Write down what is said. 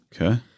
Okay